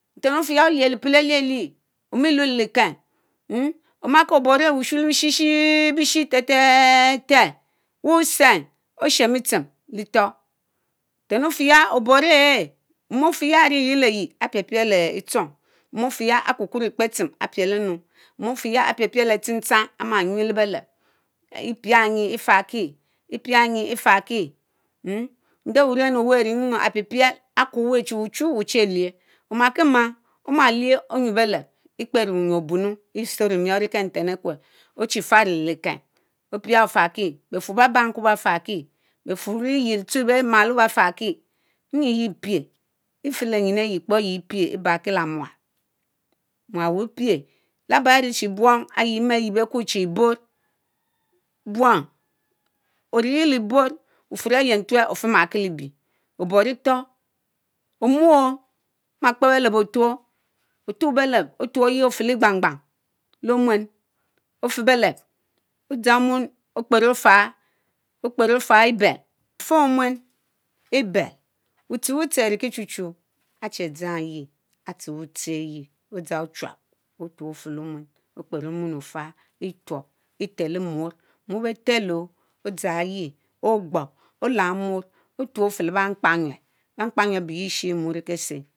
Ntén ofieh olieh lépél E'lielie omemeh leliken omakéh obore eyéhh le-bu̇suu̇ lebishi béé shii, teh-teh-tehh whu̇sén otshenbiutsém léhtúrr; ntenoféya oborr eeh, mom ofehyá anrieleye aré pielpiel E'chóng, mom ofehya amrieleye aré pielpiel E'chóng, mom ofehya aré ku̇rr-kurr ekpetsem aré piel-emi mon ofehyá Apiel-piel Achén cháng Amányu̇eh lé-beléb Epianyie éfarrki mmh nde-wuren oweh arienu ápiepiel Akwur wéh chi weh ochu ochéu̇eh omakimang omang liehh onyẽbelléb Ekperi whu̇nyu̇ng o'bu̇nnu̇ itsrriemiorr leken-nten aré kwéh ochi faró lè li. keń opia ofarrki befurr bẽh-bamd-Quéh beh-farrki, befurr ciyiel tsueh beh-maló béfarrki Enyi yeah ipieh ifelehmyin ayiekpo ayieyie pieh E'barrki-lemuãl, mual wẽhh pie; Lábá irichibu̇ong áyimeh áyibekworrchi E'borr, buóng, oririle-Eborr bufurr Ayentuel ofiemakile- lebie, Oborr-letór Ommurr omakpérr bele ótu̇or, Otuor bele Otuorr Eyie ofieh leh igbáng bang Lehh O'mu̇én ofiehbeleb, Odzang Omuén Okpero-ofarr, Okperofarh E'bel, Ofairr omuen E'bel wu̇tche-wutche ariki chu̇ chu̇ áhh chéh dzang E'yeih arẽ-tchewutche Eyie Odzang O'chuáb otuorr ofeleomuen Okperr omuen ofarrh E'tuób E'teló-mu̇orr, muorr beh telo odzáng Eyie Ógbób Olam-muorr Oturr le-beeh mkpamyu̇err, behkpanyuerr ábehyi ishie muórr le késé;